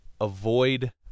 avoid